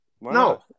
no